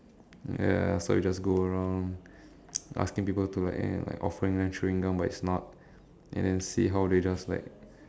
ya so I just go around asking people to like eh like offering them chewing gum but it's not and then see how they just like